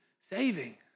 saving